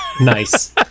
Nice